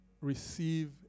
receive